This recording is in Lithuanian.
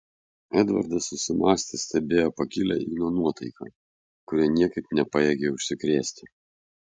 edvardas susimąstęs stebėjo pakilią igno nuotaiką kuria niekaip nepajėgė užsikrėsti